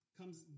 comes